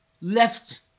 left